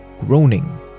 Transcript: groaning